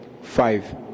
five